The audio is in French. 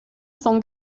son